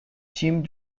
jim